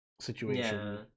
situation